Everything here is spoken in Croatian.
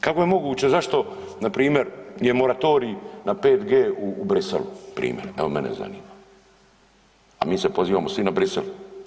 Kako je moguće zašto npr. je moratorij na 5G u Bruxellesu, primjer evo mene zanima, a mi se pozivamo svi na Bruxelles.